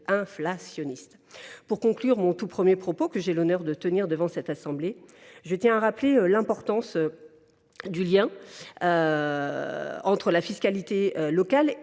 inflationniste. Pour conclure le tout premier propos que j’ai l’honneur de tenir devant cette assemblée, je tiens à rappeler l’importance du lien entre la fiscalité locale